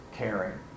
caring